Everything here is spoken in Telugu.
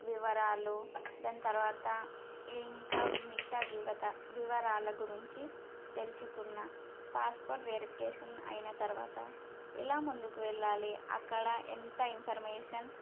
వివరాలు దాని తరువాత ఇంకా మిగతా వివత వివరాల గురించి తెలుసుకున్న పాస్పోర్ట్ వెరిఫికేషన్ అయిన తరువాత ఎలా ముందుకు వెళ్ళాలి అక్కడ ఎంత ఇన్ఫర్మేషన్